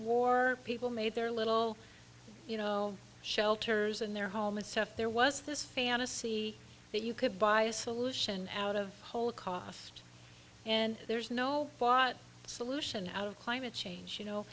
war people made their little you know shelters and their home and stuff there was this fantasy that you could buy a solution out of whole cost and there's no solution out of climate change you know